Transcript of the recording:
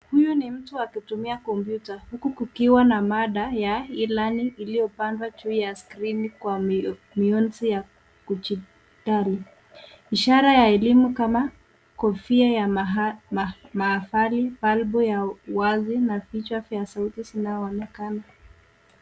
Huyu ni mtu akitumia kompyuta huku kukiwa na mada ya e-learning iliyopangwa juu ya skrini kwa mionzi ya kidijitali. Ishara ya elimu kama kofia ya mahafali, balbu ya wazi na vichwa vya sauti zinaonekana.